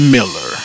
Miller